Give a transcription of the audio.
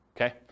okay